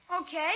Okay